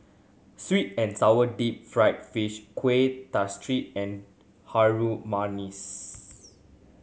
sweet and sour deep fried fish Kueh Kasturi and Harum Manis